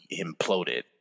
imploded